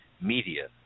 media